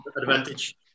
advantage